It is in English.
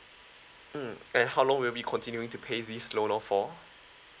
mm and how long will be continuing to pay this loan for